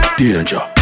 danger